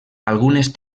algunes